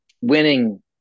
winning